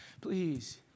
please